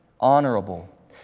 honorable